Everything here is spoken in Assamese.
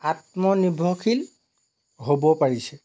আত্মনিৰ্ভৰশীল হ'ব পাৰিছে